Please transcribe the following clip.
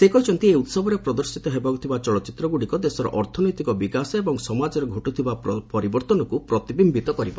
ସେ କହିଛନ୍ତି ଏହି ଉହବରେ ପ୍ରଦର୍ଶିତ ହେବାକୁ ଥିବା ଚଳଚ୍ଚିତ୍ରଗୁଡ଼ିକ ଦେଶର ଅର୍ଥନୈତିକ ବିକାଶ ଏବଂ ସମାଜରେ ଘଟ୍ରଥିବା ପରିବର୍ତ୍ତନକୁ ପ୍ରତିବିଧିତ କରିବ